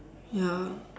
ya